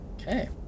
Okay